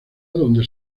donde